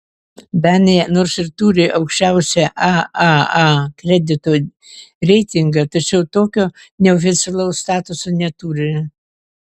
danija nors ir turi aukščiausią aaa kredito reitingą tačiau tokio neoficialaus statuso neturi